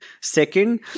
Second